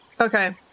Okay